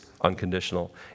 unconditional